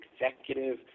Executive